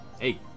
hey